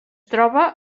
troba